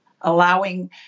allowing